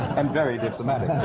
and very diplomatic,